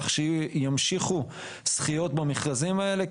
להבטיח שימשיכו זכיות במכרזים האלה,